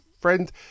friend